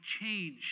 change